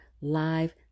live